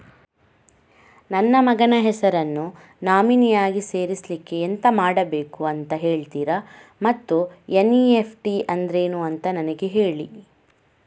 ನನ್ನ ಮಗನ ಹೆಸರನ್ನು ನಾಮಿನಿ ಆಗಿ ಸೇರಿಸ್ಲಿಕ್ಕೆ ಎಂತ ಮಾಡಬೇಕು ಅಂತ ಹೇಳ್ತೀರಾ ಮತ್ತು ಎನ್.ಇ.ಎಫ್.ಟಿ ಅಂದ್ರೇನು ಅಂತ ನನಗೆ ಹೇಳಿ